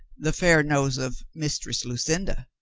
the fair nose of mistress lucinda.